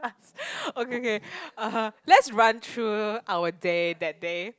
okay K (uh huh) let's run through our day that day